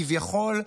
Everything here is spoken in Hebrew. כביכול,